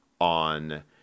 on